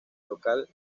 local